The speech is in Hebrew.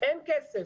אין כסף.